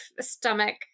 stomach